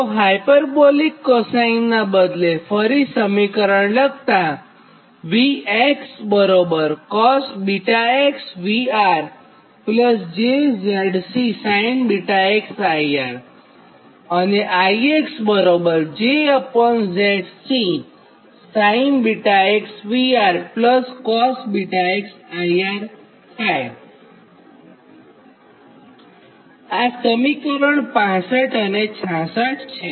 તો hyperbolic cosine નાં બદલે ફરી સમીકરણ લખતાં આ સમીકરણ 65 અને 66 છે